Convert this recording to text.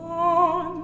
oh